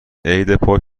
عیدپاک